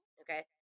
Okay